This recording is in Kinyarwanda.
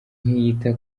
ntiyita